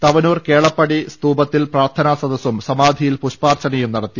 തവനൂർ കേളപ്പജി സ്തൂപത്തിൽ പ്രാർഥനാസദസ്സും സമാധിയിൽ പുഷ്പാർച്ചനയും നടത്തി